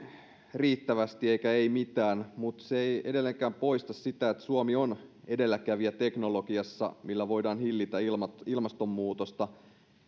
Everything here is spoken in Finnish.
riittävästi eikä ei mitään mutta se ei edelleenkään poista sitä että suomi on edelläkävijä teknologiassa millä voidaan hillitä ilmastonmuutosta